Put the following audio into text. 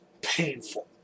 painful